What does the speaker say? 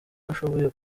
ashoboye